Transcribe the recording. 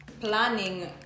planning